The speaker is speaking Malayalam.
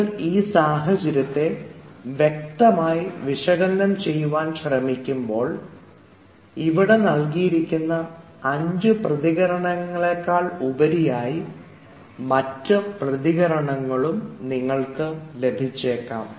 നിങ്ങൾ ഈ സാഹചര്യത്തെ വ്യക്തമായി വിശകലനം ചെയ്യുവാൻ ശ്രമിക്കുമ്പോൾ ഇവിടെ നൽകിയിരിക്കുന്ന 5 പ്രതികരണങ്ങളെകാൾ ഉപരിയായി മറ്റ് പ്രതികരണങ്ങളും നിങ്ങൾക്ക് ലഭിച്ചേക്കാം